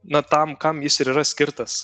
na tam kam jis ir yra skirtas